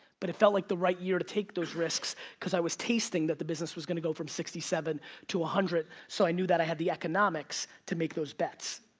but it felt like the right year to take those risks, cause i was tasting that the business was gonna go from sixty seven to one hundred. so, i knew that i had the economics to make those bets.